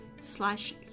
slash